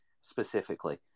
specifically